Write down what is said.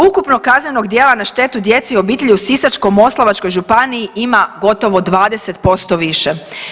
Ukupno kaznenog djela na štetu djeci i obitelji u Sisačko-moslavačkoj županiji ima gotovo 20% više.